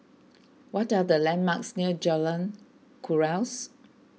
what are the landmarks near Jalan Kuras